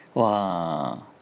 !wah!